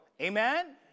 Amen